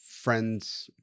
friends –